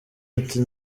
ati